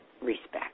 Respect